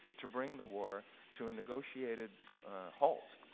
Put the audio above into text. to bring the war to a negotiated halt.